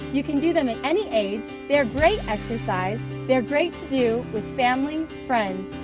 you can do them at any age, they're great exercise, they're great to do with family, friends,